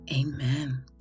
Amen